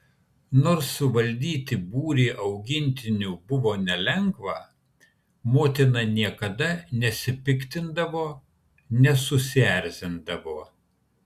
nors suvaldyti būrį augintinių buvo nelengva motina niekada nesipiktindavo nesusierzindavo